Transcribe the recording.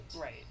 Right